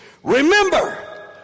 remember